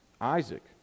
Isaac